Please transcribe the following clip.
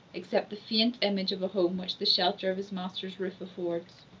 except the faint image of a home which the shelter of his master's roof affords.